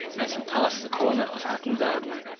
as he passed the corner of hatton garden,